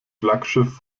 flaggschiff